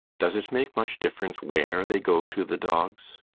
does it make much difference where they go to the dogs?